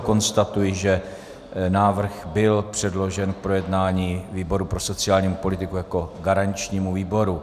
Konstatuji, že návrh byl předložen k projednání výboru pro sociální politiku jako garančnímu výboru.